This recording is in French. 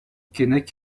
keinec